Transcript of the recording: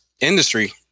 industry